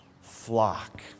flock